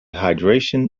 hydration